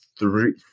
Three